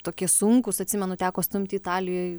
tokie sunkūs atsimenu teko stumti italijoj